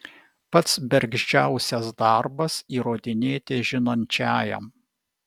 pats bergždžiausias darbas įrodinėti žinančiajam